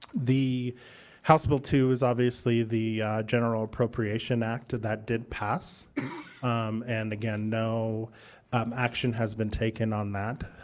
the house bill two is obviously the general appropriation act that did pass and, again, no um action has been taken on that.